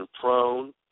prone